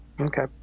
Okay